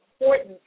important